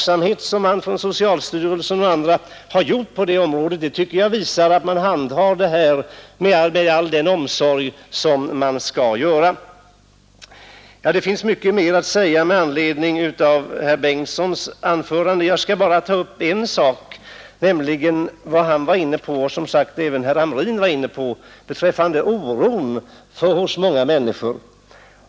Socialstyrelsens och andras vaksamhet på det området tycker jag visar att man handhar detta med all den omsorg som är erforderlig. Det vore mycket mer att säga med anledning av herr Bengtssons anförande, men jag skall ytterligare bara ta upp vad han och även herr Hamrin sade om oron hos många människor.